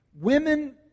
women